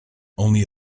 only